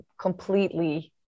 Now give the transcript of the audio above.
completely